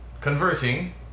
conversing